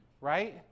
right